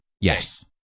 Yes